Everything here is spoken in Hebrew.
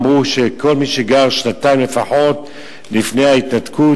אמרו שכל מי שגר שנתיים לפחות לפני ההתנתקות,